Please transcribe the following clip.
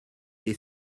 des